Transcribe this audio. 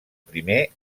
primer